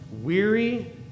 weary